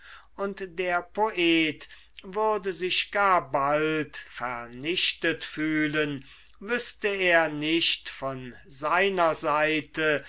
und der poet würde sich gar bald vernichtet fühlen wüßte er nicht von seiner seite